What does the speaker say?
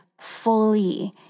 fully